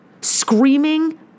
screaming